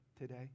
today